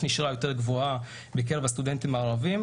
נשירה יותר גבוהה בקרב הסטודנטים הערביים.